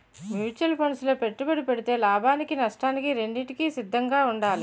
mutual funds లో పెట్టుబడి పెడితే లాభానికి నష్టానికి రెండింటికి సిద్ధంగా ఉండాలి